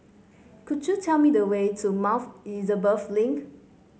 could you tell me the way to Elizabeth Link